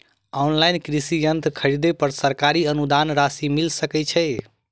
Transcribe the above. Online कृषि यंत्र खरीदे पर सरकारी अनुदान राशि मिल सकै छैय?